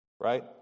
right